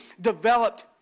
developed